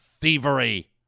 thievery